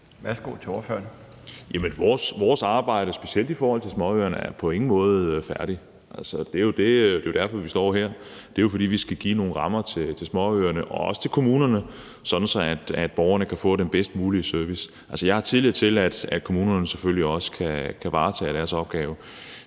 Vores arbejde, specielt i forhold til småøerne, er på ingen måde færdigt. Det er jo derfor, vi står her. Det er, fordi vi skal give nogle rammer til småøerne og også til kommunerne, sådan at borgerne kan få den bedst mulige service. Vi har tidligere tilladt, at kommunerne selvfølgelig også selv kan varetage deres opgave